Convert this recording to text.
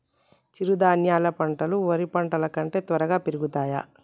చిరుధాన్యాలు పంటలు వరి పంటలు కంటే త్వరగా పెరుగుతయా?